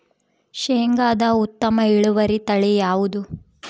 ಶೇಂಗಾದ ಉತ್ತಮ ಇಳುವರಿ ತಳಿ ಯಾವುದು?